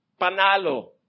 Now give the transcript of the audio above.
panalo